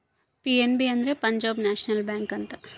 PNB ಅಂದ್ರೆ Punjab national bank ಅಂತ